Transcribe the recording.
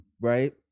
right